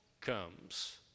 comes